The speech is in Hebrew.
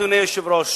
אדוני היושב-ראש,